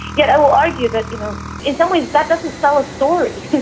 yet i'll argue that you know in some ways that doesn't sell a story,